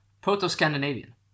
Proto-Scandinavian